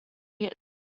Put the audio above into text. miez